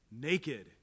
naked